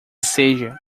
seja